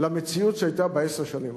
למציאות שהיתה בעשר השנים האחרונות.